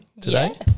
today